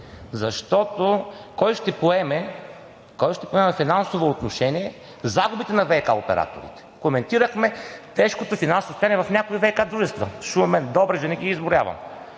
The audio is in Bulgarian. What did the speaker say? Защото кой ще поеме във финансово отношение загубите на ВиК операторите? Коментирахме тежкото финансово състояние в някои ВиК дружества – Шумен, Добрич, да не ги изброявам,